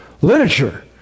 literature